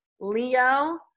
Leo